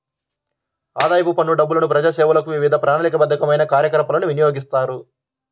ఆదాయపు పన్ను డబ్బులను ప్రజాసేవలకు, వివిధ ప్రణాళికాబద్ధమైన కార్యకలాపాలకు వినియోగిస్తారు